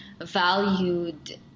valued